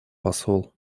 посол